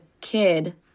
kid